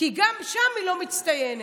כי גם שם היא לא מצטיינת.